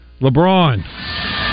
LeBron